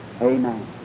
Amen